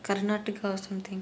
karnataka or something